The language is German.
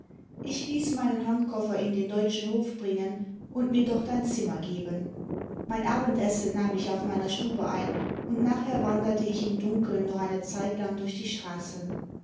ich ließ meinen handkoffer in den deutschen hof bringen und mir dort ein zimmer geben mein abendessen nahm ich auf meiner stube ein und nachher wanderte ich im dunkeln noch eine zeitlang durch die straßen